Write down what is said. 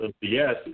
Yes